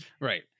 Right